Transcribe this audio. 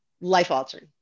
life-altering